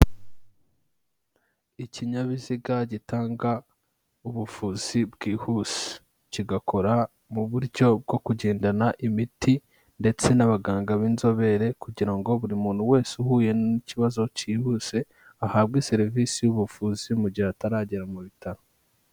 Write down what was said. Ikinyabiziga gitanga ubuvuzi bwihuse. Kigakora mu buryo bwo kugendana imiti ndetse n'abaganga b'inzobere kugira buri muntu wese uhuye n'ikibazo kihuse ahabwe serivisi y'ubuvuzi mu gihe ataragera mu bitaro.